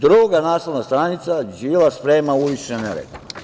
Druga naslovna stranica: „Đilas sprema ulične nerede“